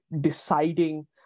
deciding